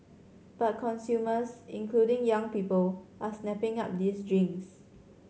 but consumers including young people are snapping up these drinks